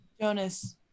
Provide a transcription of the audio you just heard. Jonas